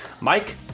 Mike